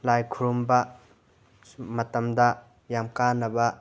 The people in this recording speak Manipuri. ꯂꯥꯏ ꯈꯨꯔꯨꯝꯕ ꯃꯇꯝꯗ ꯌꯥꯝ ꯀꯥꯟꯅꯕ